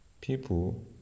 people